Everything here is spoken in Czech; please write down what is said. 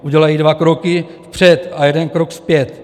Udělají dva kroky vpřed a jeden krok zpět.